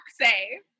say